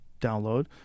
download